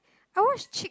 I watch chick~